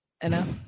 enough